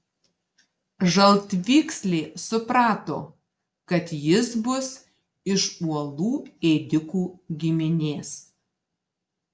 žaltvykslė suprato kad jis bus iš uolų ėdikų giminės